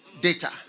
data